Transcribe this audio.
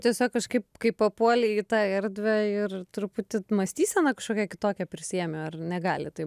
tiesiog kažkaip kaip papuolei į tą erdvę ir truputį mąstysena kažkokia kitokia prisiėmė ar negali taip